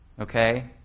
okay